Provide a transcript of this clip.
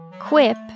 Quip